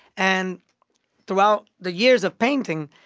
and throughout the years of painting,